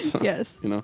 Yes